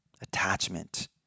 attachment